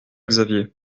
xavier